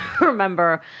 remember